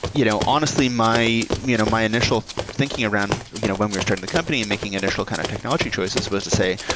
you know honestly, my you know my initial thinking around you know when we're starting the company and making initial kind of technology choices was to say,